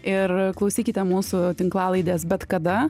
ir klausykite mūsų tinklalaidės bet kada